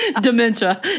dementia